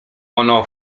ono